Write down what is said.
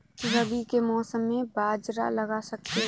रवि के मौसम में बाजरा लगा सकते हैं?